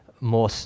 more